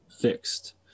Fixed